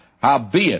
Howbeit